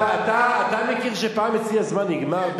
אתה מכיר שפעם אצלי הזמן נגמר?